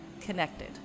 connected